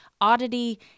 oddity